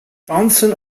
johnson